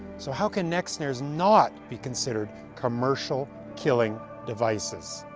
so how can neck snares not be considered commercial killing devices.